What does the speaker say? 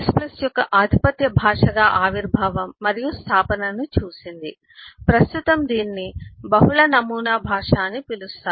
C యొక్క ఆధిపత్య భాషగా ఆవిర్భావం మరియు స్థాపనను చూసింది ప్రస్తుతం దీనిని బహుళ నమూనా భాష అని పిలుస్తారు